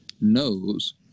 knows